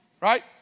right